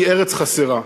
היא ארץ חסרה.